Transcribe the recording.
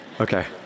Okay